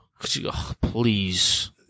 Please